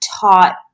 taught